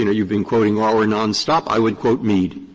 you know you've been quoting auer nonstop, i would quote mead,